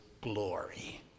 glory